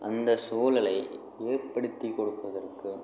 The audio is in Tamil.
அந்த சூழலை ஏற்படுத்தி கொடுப்பதற்கும்